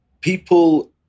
people